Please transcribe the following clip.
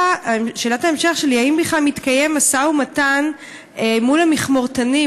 שאלת ההמשך שלי: האם בכלל מתקיים משא-ומתן מול המכמורתנים,